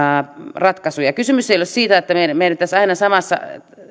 ratkaisuja kysymys ei ole siitä että meidän meidän pitäisi aina